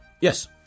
Yes